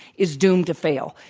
is doomed to fail.